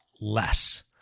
less